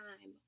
time